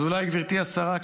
אז גברתי השרה,